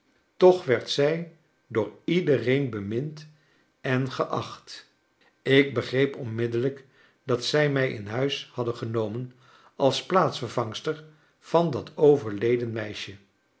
toch werd zij door iedereen bemind en geacht ik begreep onmiddellijk dat zij mij in huis hadden genomen als plaatsvervangster van dat overleden meisje